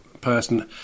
person